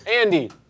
Andy